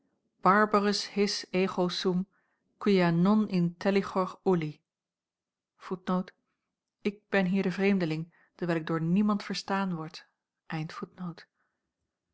ego non ik ben hier de vreemdeling dewijl ik door niemand verstaan word